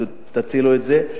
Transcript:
תצילו את זה,